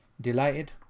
delighted